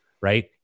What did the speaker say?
right